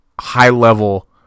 high-level